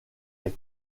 est